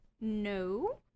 No